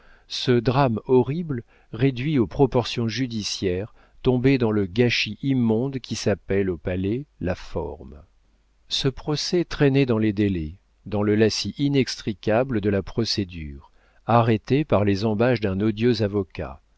ce drame horrible réduit aux proportions judiciaires tombait dans le gâchis immonde qui s'appelle au palais la forme ce procès traînait dans les délais dans le lacis inextricable de la procédure arrêté par les ambages d'un odieux avocat